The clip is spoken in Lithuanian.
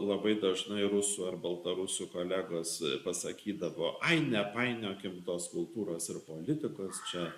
labai dažnai rusų ar baltarusių kolegos pasakydavo nepainiokime tos kultūros ir politikos čia